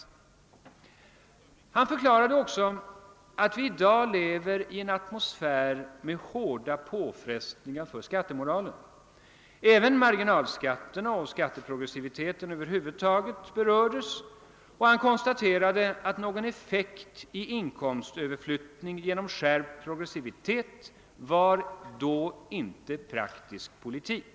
Slutligen förklarade han också, att vi i dag lever i en atmosfär med hårda påfrestningar på skattemoralen. Även marginalskatten och skatteprogressiviteten över huvud taget berördes, och finansministern konstaterade, att någon effekt i inkomstöverflyttning genom skärpt progressivitet inte var praktisk politik.